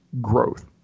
growth